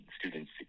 students